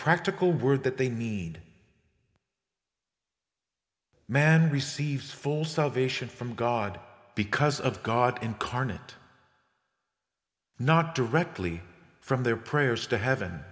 practical word that they need man receives full salvation from god because of god incarnate not directly from their prayers to heaven